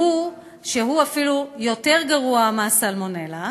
שהוא אפילו יותר גרוע מסלמונלה.